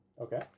Okay